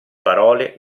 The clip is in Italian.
parole